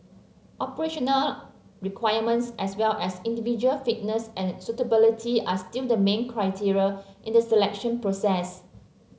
operational requirements as well as individual fitness and suitability are still the main criteria in the selection process